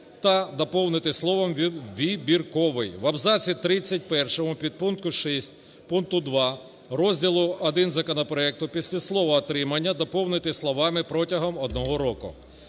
доповнити словом "вибірковий". В абзаці 31 підпункту 6 пункту 2 розділу І законопроекту після слова "отримання" доповнити словами "протягом одного року".